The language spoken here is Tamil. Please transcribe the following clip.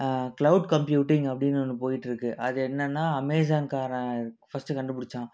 க்ளவுட் கம்ப்யூட்டிங் அப்படின்னு ஒன்னு போயிட்டுருக்கு அது என்னென்னா அமேஸான்காரன் ஃபஸ்ட்டு கண்டுபுடிச்சான்